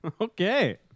Okay